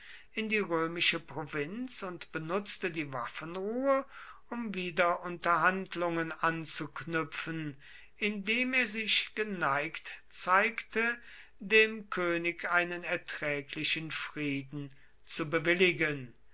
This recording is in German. in die römische provinz und benutzte die waffenruhe um wieder unterhandlungen anzuknüpfen indem er sich geneigt zeigte dem könig einen erträglichen frieden zu bewilligen